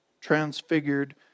transfigured